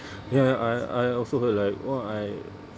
ya I I also heard like !wah! I